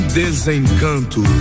desencanto